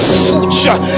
future